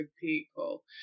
people